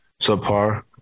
subpar